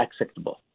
acceptable